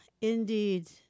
indeed